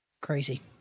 Crazy